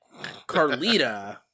Carlita